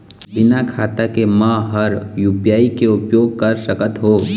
बिना खाता के म हर यू.पी.आई के उपयोग कर सकत हो?